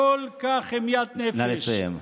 " נא לסיים.